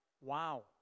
Wow